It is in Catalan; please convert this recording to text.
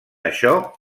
això